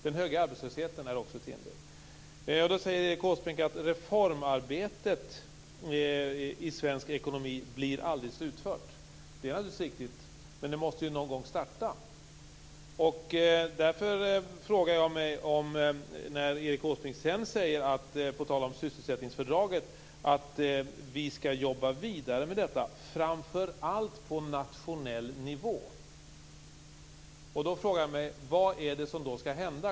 Den höga arbetslösheten är också ett hinder. Då säger Erik Åsbrink att reformarbetet i svensk ekonomi aldrig blir slutfört. Det är alldeles riktigt, men det måste ju någon gång starta. Sedan säger Erik Åsbrink på tal om sysselsättningsfördraget att man skall jobba vidare med detta, framför allt på nationell nivå. Då frågar jag mig: Vad är det som skall hända?